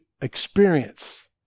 experience